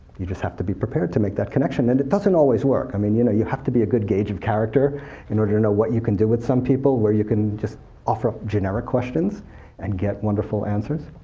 you just have to be prepared to make that connection. and it doesn't always work. i mean, you know you have to be a good gauge of character in order to know what you can do with some people, where you can just offer up generic questions and get wonderful answers,